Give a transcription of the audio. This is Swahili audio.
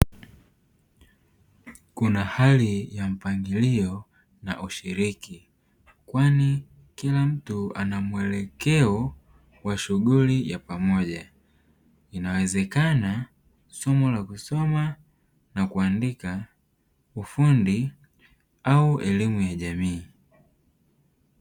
Kuna hali ya mpangilio na ushiriki kwani kila mtu ana muelekeo na shughuli ya pamoja, inawezekana somo la kusoma na kuandika, ufundi au elimu ya jamii.